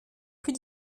plus